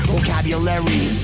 Vocabulary